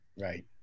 Right